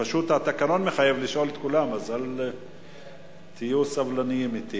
פשוט התקנון מחייב לשאול את כולם אז תהיו סבלניים אתי.